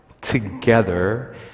together